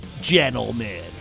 Gentlemen